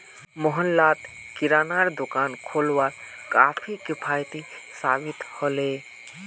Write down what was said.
मोहल्लात किरानार दुकान खोलवार काफी किफ़ायती साबित ह ले